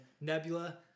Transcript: Nebula